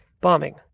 bombing